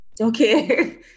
Okay